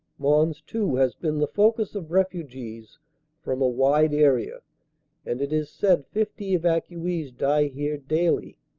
mons, too, has been the focus of refugees from a wide area and it is said fifty evacuees die here daily.